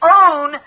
own